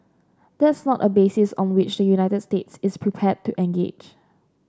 that's not a basis on which the United States is prepared to engage